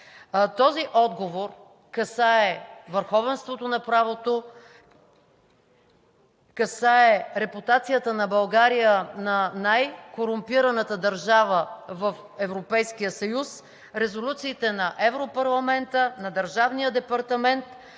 Този отговор касае върховенството на правото, касае репутацията на България на най-корумпираната държава в Европейския съюз, резолюциите на Европарламента, на Държавния департамент